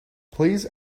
please